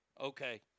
Okay